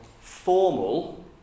formal